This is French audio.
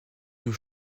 nos